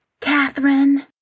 Catherine